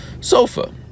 sofa